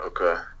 Okay